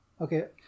Okay